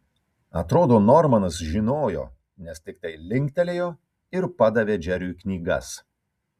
atrodo normanas žinojo nes tiktai linktelėjo ir padavė džeriui knygas